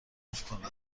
کنم